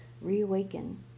reawaken